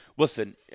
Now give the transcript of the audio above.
Listen